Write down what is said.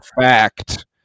fact